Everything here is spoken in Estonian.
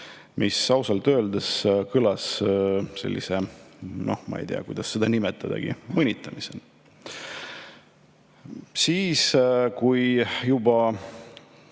mis ausalt öeldes kõlas – noh, ma ei tea, kuidas seda nimetadagi – mõnitamisena. Kui juba